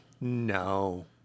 no